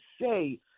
say